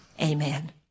amen